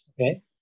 Okay